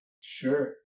Sure